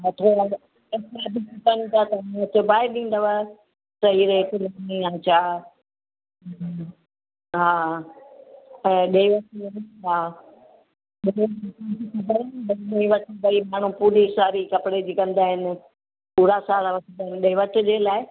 वठणु आहे साम्हूं सिॿाइ डींदव सही रेट में हुजनि हा त ॾे वठि में हा माण्हू पूरी सारी कपिड़े जी कंदा अहिनि पूरा सारा ॾे वठि जे लाइ